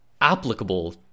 applicable